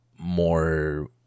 more